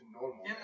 normal